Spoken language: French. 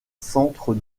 centres